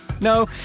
No